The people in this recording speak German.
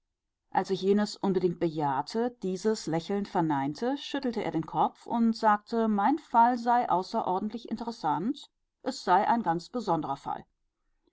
als ich jenes unbedingt bejahte dieses lächelnd verneinte schüttelte er den kopf und sagte mein fall sei außerordentlich interessant es sei ein ganz besonderer fall